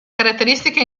caratteristiche